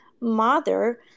mother